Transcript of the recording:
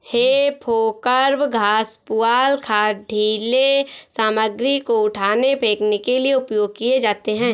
हे फोर्कव घास, पुआल, खाद, ढ़ीले सामग्री को उठाने, फेंकने के लिए उपयोग किए जाते हैं